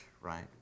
right